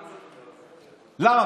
למה?